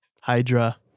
Hydra